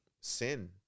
sin